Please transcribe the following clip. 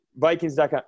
Vikings.com